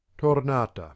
TORNATA